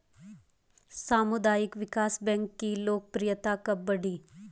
सामुदायिक विकास बैंक की लोकप्रियता कब बढ़ी?